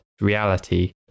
reality